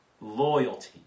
loyalty